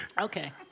Okay